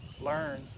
learn